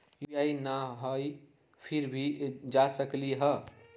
UPI न हई फिर भी जा सकलई ह?